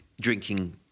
drinking